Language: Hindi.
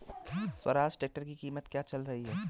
स्वराज ट्रैक्टर की कीमत क्या चल रही है?